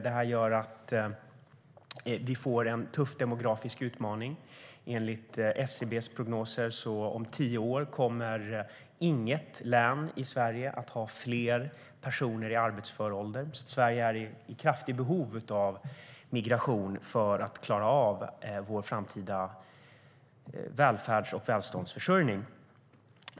Det gör att det blir en tuff demografisk utmaning. Enligt SCB:s prognoser kommer inget län i Sverige om tio år att ha fler personer i arbetsför ålder. Sverige är i kraftigt behov av migration för att klara av vår framtida välfärds och välståndsförsörjning.